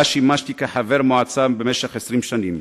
ושימשתי כחבר מועצה במשך 20 שנה,